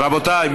רבותיי,